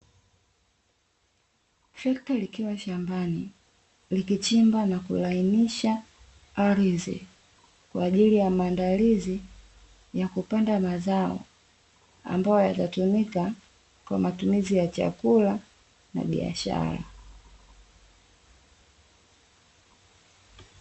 Trekta likiwa shambani likichimba na kulainisha ardhi kwaajili ya maandalizi ya kupanda mazao, ambayo yatatumika kwa matumizi ya chakula na biashara.